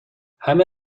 همه